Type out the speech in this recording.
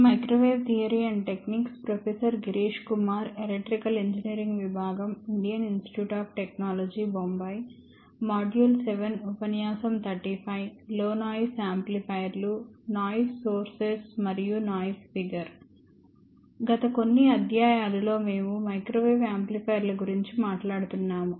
hello గత కొన్ని అధ్యాయాలలో మేము మైక్రోవేవ్ యాంప్లిఫైయర్ల గురించి మాట్లాడుతున్నాము